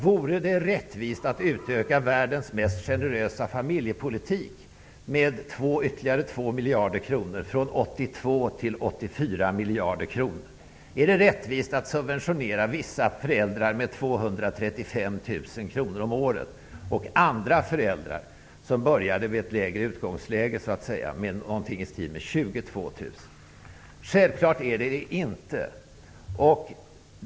Vore det rättvist att utöka världens mest generösa familjepolitik med ytterligare 2 Är det rättvist att subventionera vissa föräldrar med 235 000 kronor om året och andra, som började i ett sämre utgångsläge, med 22 000? Självfallet är det inte rättvist.